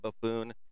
buffoon